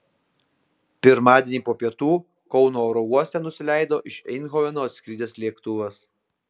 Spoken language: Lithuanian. pirmadienį po pietų kauno oro uoste nusileido iš eindhoveno atskridęs lėktuvas